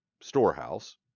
storehouse